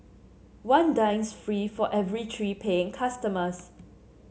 one dines free for every three paying customers